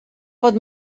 pot